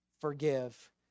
forgive